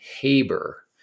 Haber